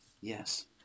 Yes